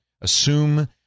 Assume